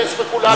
זה ספקולציה,